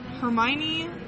Hermione